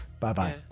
Bye-bye